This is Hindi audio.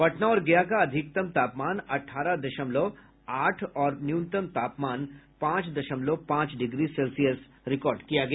पटना और गया का अधिकतम तापमान अठारह दशमलव आठ और न्यूनतम तापमान पांच दशमलव पांच डिग्री सेल्सियस रिकार्ड किया गया